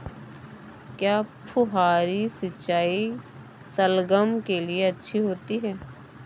क्या फुहारी सिंचाई शलगम के लिए अच्छी होती है?